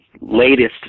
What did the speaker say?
latest